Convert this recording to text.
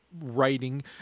writing